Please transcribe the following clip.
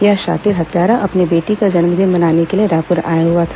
यह शातिर हत्यारा अपनी बेटी का जन्मदिन मनाने के लिए रायपुर आया हुआ था